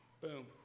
Boom